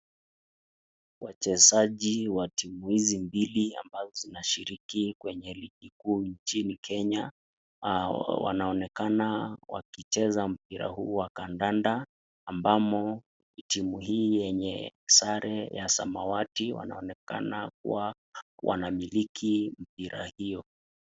Wachezaji wa timu hizi mbili ambazo zinashiriki kwenye ligi kuu nchini Kenya, wanaonekana wakicheza mpira huu wa kandanda ambamo timu hii yenye sare ya samawati wanaonekana kuwa wanamiliki mpira huo.